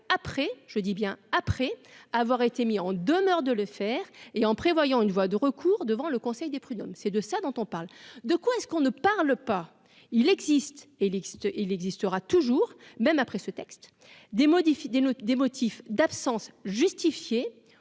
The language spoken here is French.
après, je dis bien après avoir été mis en demeure de le faire et en prévoyant une voie de recours devant le conseil des prud'hommes c'est de ça dont on parle, de quoi est-ce qu'on ne parle pas, il existe et il existera toujours même après ce texte, des modifie des des motifs